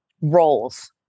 roles